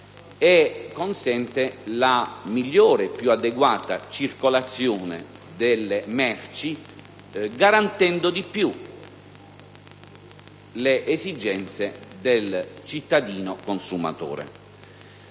e consenta la migliore e più adeguata circolazione delle merci garantendo maggiormente le esigenze del cittadino consumatore.